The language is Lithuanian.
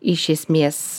iš esmės